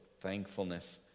thankfulness